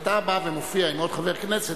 אם אתה בא ומופיע עם עוד חבר כנסת,